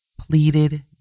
pleaded